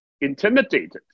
intimidated